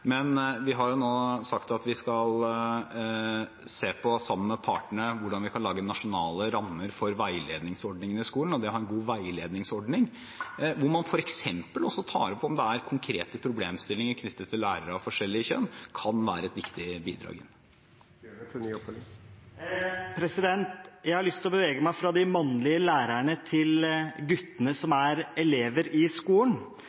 Men vi har nå sagt at vi skal se på, sammen med partene, hvordan vi kan lage nasjonale rammer for veiledningsordningen i skolen. Det å ha en god veiledningsordning, hvor man f.eks. også tar opp om det er konkrete problemstillinger knyttet til lærere av forskjellige kjønn, kan være et viktig bidrag. Jeg har lyst til å bevege meg fra de mannlige lærerne til guttene som er elever i skolen.